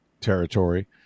territory